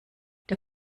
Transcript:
der